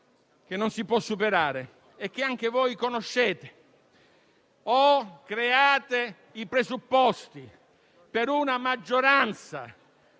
che non possa essere superato e che anche voi conosciate: create i presupposti per una maggioranza